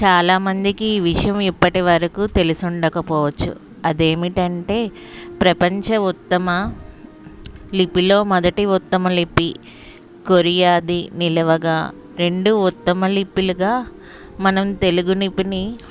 చాలా మందికి ఈ విషయం ఇప్పటివరకు తెలిసి ఉండకపోవచ్చు అది ఏమిటంటే ప్రపంచ ఉత్తమ లిపిలో మొదటి ఉత్తమ లిపి కొరియాది నిలవగా రెండు ఉత్తమ లిపిలుగా మనం తెలుగు లిపిని